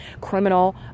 criminal